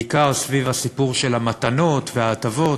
בעיקר סביב הסיפור של המתנות וההטבות.